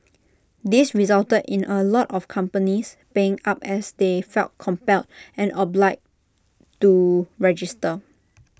this resulted in A lot of companies paying up as they felt compelled and obliged to register